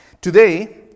Today